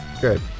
Good